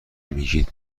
میگید